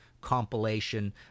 compilation